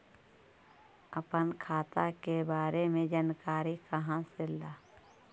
अपन खाता के बारे मे जानकारी कहा से ल?